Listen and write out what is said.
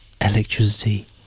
electricity